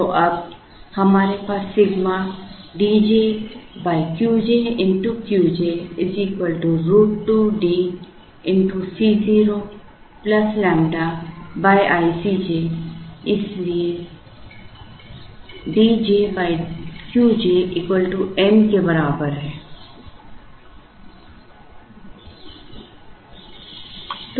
तो अब हमारे पास sigma D j Q j Q j √2 D Co ƛ i Cj इसलिए D j Qj N के बराबर है